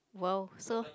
!wow! so